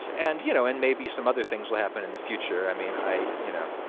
and, you know, and maybe some other things will happen in the future. i mean, i you know,